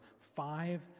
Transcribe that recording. five